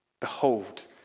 Behold